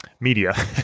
media